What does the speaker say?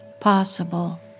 possible